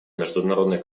международной